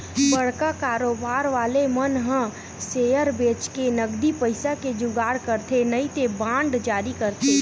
बड़का कारोबार वाले मन ह सेयर बेंचके नगदी पइसा के जुगाड़ करथे नइते बांड जारी करके